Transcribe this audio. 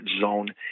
zone